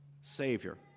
Savior